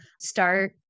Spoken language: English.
start